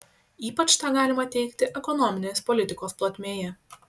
ypač tą galima teigti ekonominės politikos plotmėje